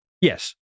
Yes